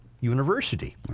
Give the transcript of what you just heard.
university